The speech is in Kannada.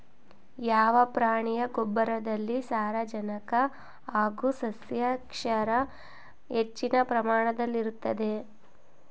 ಯಾವ ಪ್ರಾಣಿಯ ಗೊಬ್ಬರದಲ್ಲಿ ಸಾರಜನಕ ಹಾಗೂ ಸಸ್ಯಕ್ಷಾರ ಹೆಚ್ಚಿನ ಪ್ರಮಾಣದಲ್ಲಿರುತ್ತದೆ?